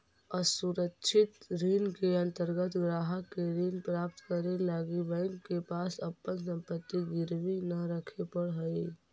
असुरक्षित ऋण के अंतर्गत ग्राहक के ऋण प्राप्त करे लगी बैंक के पास अपन संपत्ति गिरवी न रखे पड़ऽ हइ